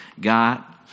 God